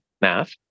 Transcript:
math